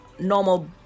normal